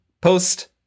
post